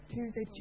Tuesday